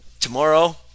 tomorrow